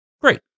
great